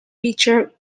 featured